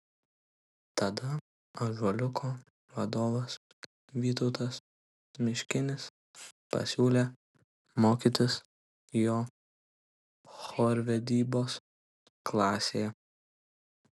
tada ąžuoliuko vadovas vytautas miškinis pasiūlė mokytis jo chorvedybos klasėje